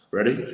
Ready